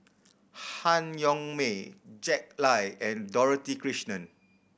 Han Yong May Jack Lai and Dorothy Krishnan